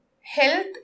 health